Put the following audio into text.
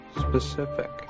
specific